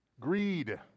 Greed